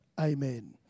amen